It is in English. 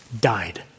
died